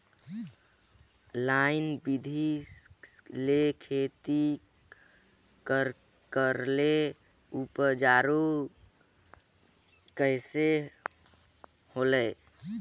Line बिधी ले खेती करेले उपजाऊ कइसे होयल?